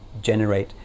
generate